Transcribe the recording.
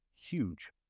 huge